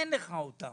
אין לך את זה.